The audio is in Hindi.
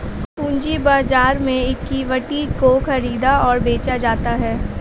पूंजी बाजार में इक्विटी को ख़रीदा और बेचा जाता है